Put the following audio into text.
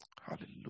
Hallelujah